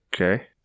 okay